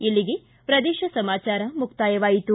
ಇಲ್ಲಿಗೆ ಪ್ರದೇಶ ಸಮಾಚಾರ ಮುಕ್ತಾಯವಾಯಿತು